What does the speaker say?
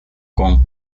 con